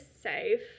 safe